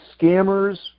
scammers